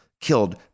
killed